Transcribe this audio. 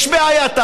יש בעיה,